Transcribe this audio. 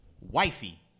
wifey